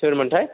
सोरमोनथाय